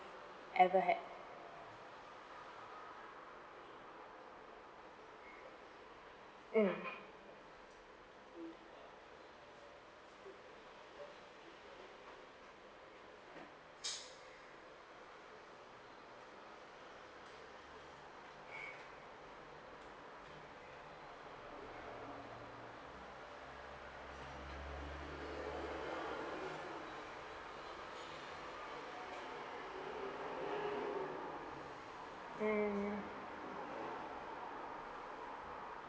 ever had mm mm